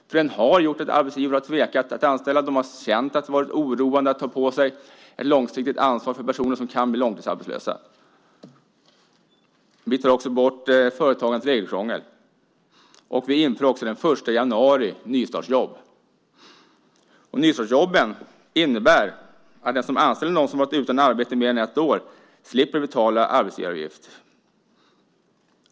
Den har gjort att arbetsgivarna har tvekat att anställa. De har känt att det har varit oroande att ta på sig ett långsiktigt ansvar för personer som kan bli långtidssjuka. Vi tar också bort företagens regelkrångel. Och vi inför den 1 januari nystartsjobb. Nystartsjobben innebär att den som anställer någon som har varit utan arbete i mer än ett år slipper betala arbetsgivaravgift.